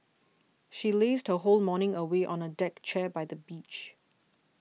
she lazed her whole morning away on a deck chair by the beach